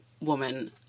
woman